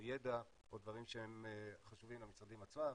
ידע או דברים שהם חשובים למשרדים עצמם.